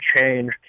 change